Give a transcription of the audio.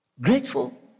Grateful